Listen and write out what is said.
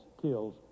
kills